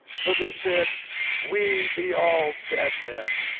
for they said we be all dead men,